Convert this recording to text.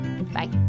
Bye